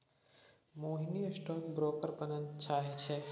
मोहिनी stock broker बनय चाहै छै